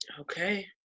Okay